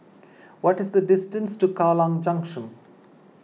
what is the distance to Kallang Junction